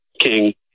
King